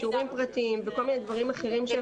שיעורים פרטיים ודברים אחרים שהם בניגוד לפסיכולוג